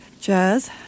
jazz